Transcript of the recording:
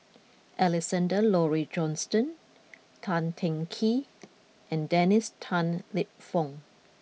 Alexander Laurie Johnston Tan Teng Kee and Dennis Tan Lip Fong